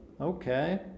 Okay